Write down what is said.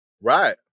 right